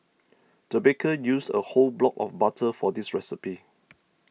the baker used a whole block of butter for this recipe